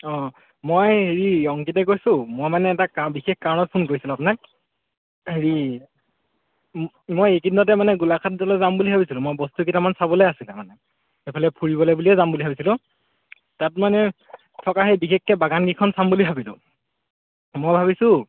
অঁ মই হেৰি অংকিতে কৈছোঁ মই মানে এটা কা বিশেষ কাৰণত ফোন কৰিছিলোঁ আপোনাক হেৰি ম মই এইকেইদিনতে মানে গোলাঘাটলৈ যাম বুলি ভাবিছিলোঁ মই বস্তু কেইটামান চাবলৈ আছিলে মানে এইফালে ফুৰিবলৈ বুলিয়ে যাম বুলি ভাবিছিলোঁ তাত মানে থকা সেই বিশেষকৈ বাগানকেইখন চাম বুলি ভাবিলোঁ মই ভাবিছোঁ